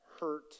hurt